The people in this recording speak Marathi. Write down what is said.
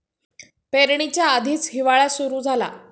पेरणीच्या आधीच हिवाळा सुरू झाला